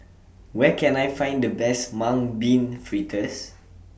Where Can I Find The Best Mung Bean Fritters